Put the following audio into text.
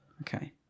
Okay